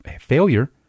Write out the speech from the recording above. failure